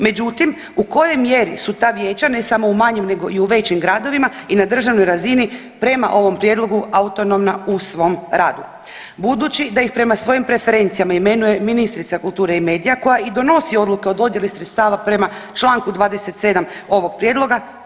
Međutim u kojoj mjeri su ta vijeća ne samo u manjim nego i u većim gradovima i na državnoj razini prema ovom prijedlogu autonomna u svom radu budući da ih prema svojim preferencijama imenuje ministrica kulture i medija koja i donosi odluke o dodjeli sredstava prema čl. 27. ovog prijedloga?